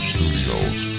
Studios